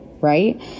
right